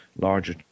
larger